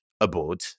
aboard